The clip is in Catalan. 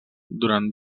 durant